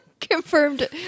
Confirmed